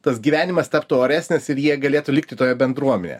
tas gyvenimas taptų oresnis ir jie galėtų likti toje bendruomenėje